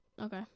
Okay